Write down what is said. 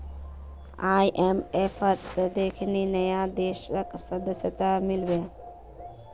आईएमएफत देखनी नया देशक सदस्यता मिल बे